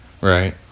right